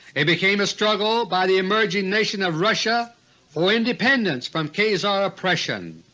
it became a struggle by the emerging nation of russia for independence from khazar oppression.